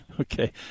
Okay